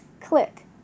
click